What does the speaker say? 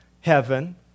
heaven